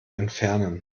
entfernen